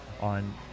on